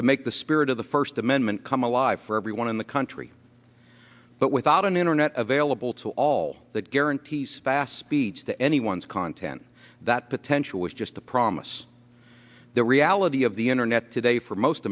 to make the spirit of the first amendment come alive for everyone in the country but without an internet available to all that guarantees fast speech to anyone's content that potential is just a promise the reality of the internet today for most